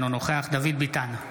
אינו נוכח דוד ביטן,